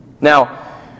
Now